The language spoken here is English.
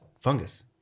fungus